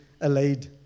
allayed